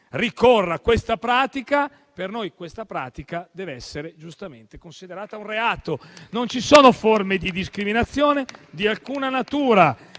ricorre a questa pratica, questa pratica deve essere giustamente considerata un reato. Non ci sono forme di discriminazione di alcuna natura.